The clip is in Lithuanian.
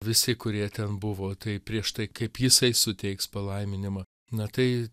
visi kurie ten buvo tai prieš tai kaip jisai suteiks palaiminimą na tai